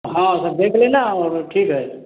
हाँ सब देख लेना और ठीक है